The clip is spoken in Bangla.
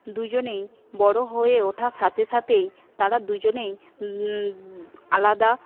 দুজনেই বড়ো হয়ে ওঠার সাথে সাথেই তারা দুজনেই আলাদা